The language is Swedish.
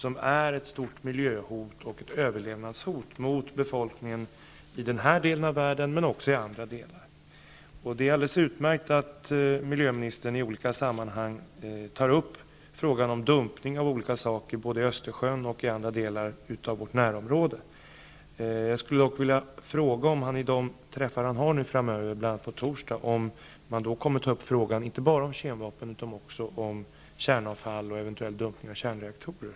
De är ett stort miljöhot och ett överlevnadshot mot befolkningen i den här delen av världen men också i andra delar. Det är alldeles utmärkt att miljöministern i olika sammanhang tar upp frågan om dumpning av olika saker i både Östersjön och i andra delar av vårt närområde. Jag skulle dock vilja fråga miljöministern om han vid de träffar som han kommer att ha framöver, bl.a. på torsdag, kommer att ta upp inte bara frågan om kärnvapen utan också frågan om kärnavfall och eventuella dumpningar av kärnreaktorer.